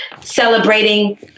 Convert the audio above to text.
celebrating